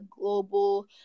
global